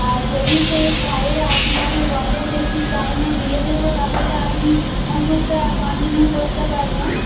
আর যদি সেই ভয়ে আপনাকে বলে যে ঠিক টাইমে দিয়ে দেব তাহলে আপনি গ্রুপটা কন্টিনিউ করতে পারবেন